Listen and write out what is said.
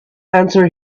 answer